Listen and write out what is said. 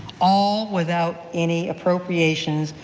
all without any appropriations,